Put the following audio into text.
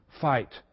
fight